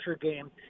game